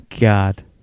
God